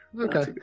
Okay